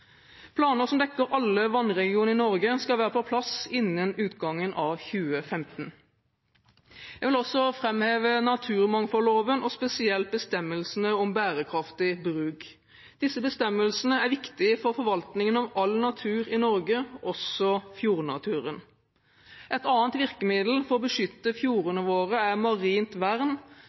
Planer som dekker alle vannregionene i Norge, skal være på plass innen utgangen av 2015. Jeg vil også framheve naturmangfoldloven og spesielt bestemmelsene om bærekraftig bruk. Disse bestemmelsene er viktige for forvaltningen av all natur i Norge, også fjordnaturen. Et annet virkemiddel for å beskytte fjordene våre er marint vern,